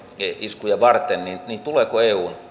iskuja varten niin niin tuleeko eun